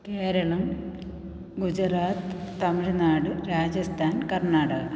Keralam Gujarat Tamil Nadu Rajasthan Karnataka